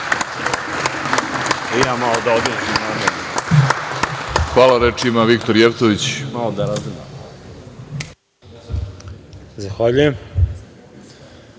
Hvala. Reč ima Viktor Jevtović.